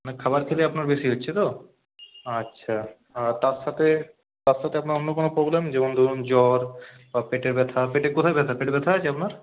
মানে খাবার খেলে আপনার বেশি হচ্ছে তো আচ্ছা আর তার সাথে তার সাথে আপনার অন্য কোনো প্রবলেম যেমন ধরুন জ্বর বা পেটে ব্যথা পেটের কোথায় ব্যথা পেটে ব্যথা আছে আপনার